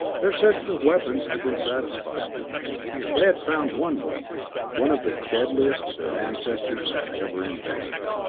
their search for weapons had been satisfied they had found one weapon, one of the deadliest that their ancestors had ever invented.